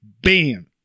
bam